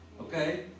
Okay